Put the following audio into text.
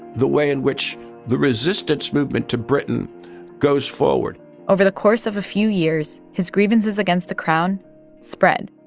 the way in which the resistance movement to britain goes forward over the course of a few years, his grievances against the crown spread.